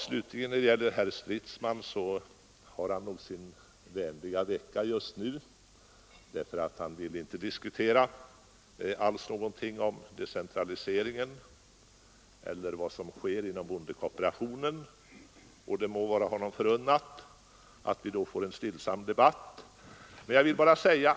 Herr Stridsman har nog sin vänliga vecka just nu; han vill inte diskutera centraliseringen eller vad som sker inom bondekooperationen. Den stillsamma debatt som vi på det sättet får må vara honom förunnad.